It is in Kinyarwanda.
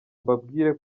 mbabwire